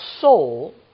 soul